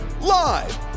live